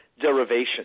derivation